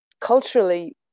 culturally